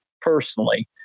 personally